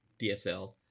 DSL